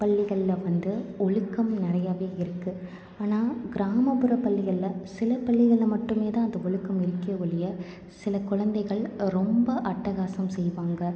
பள்ளிகளில் வந்து ஒழுக்கம் நிறையாவே இருக்கு ஆனால் கிராமப்புற பள்ளிகளில் சில பள்ளிகளில் மட்டுமே தான் அந்த ஒழுக்கம் இருக்கே ஒழிய சில குழந்தைகள் ரொம்ப அட்டகாசம் செய்வாங்க